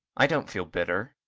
i don't feel bitter.